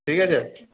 ঠিক আছে